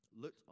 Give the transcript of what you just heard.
looked